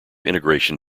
integration